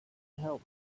help